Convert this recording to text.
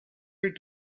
her